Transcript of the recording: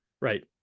Right